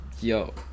Yo